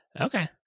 Okay